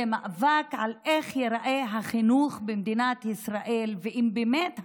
זה מאבק על איך ייראה החינוך במדינת ישראל ואם באמת הממשלה,